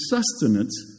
sustenance